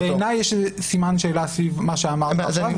--- בעיניי יש איזה סימן שאלה סביב מה שאמרת עכשיו,